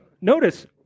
notice